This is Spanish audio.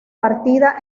partida